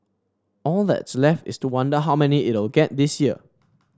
all that's left is to wonder how many it'll get this year